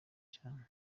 cyane